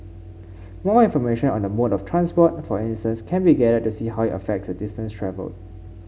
more information on the mode of transport for instance can be gathered to see how it affects the distance travelled